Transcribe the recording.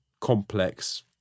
complex